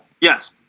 Yes